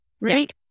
right